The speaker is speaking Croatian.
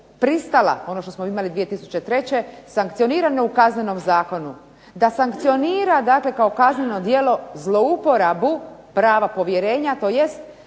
pristala, ono što smo imali 2003., sankcionirane u Kaznenom zakonu, da sankcionira dakle kao kazneno djelu zlouporabu prava povjerenja, tj.